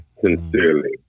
sincerely